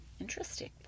interesting